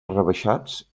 rebaixats